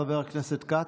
חבר הכנסת כץ,